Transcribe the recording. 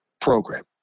program